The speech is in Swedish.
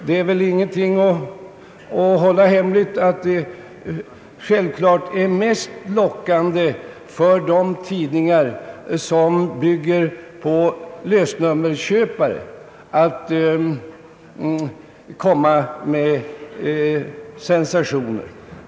Det är ingenting att hålla hemligt att det givetvis är mest lockande för de tidningar som bygger på lösnummerköpare att skriva om sensationer.